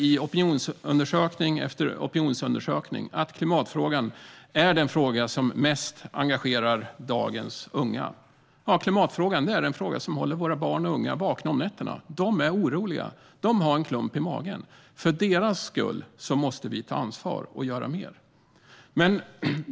I opinionsundersökning efter opinionsundersökning kan vi se att klimatfrågan är den fråga som mest engagerar dagens unga. Klimatfrågan håller våra barn och unga vakna om nätterna. De är oroliga och har en klump i magen. För deras skull måste vi ta ansvar och göra mera.